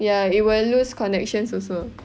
ya it will lose connections also